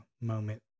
moment